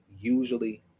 usually